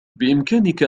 بإمكانك